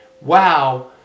wow